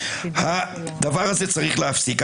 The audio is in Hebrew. הדבר הזה צריך להפסיק.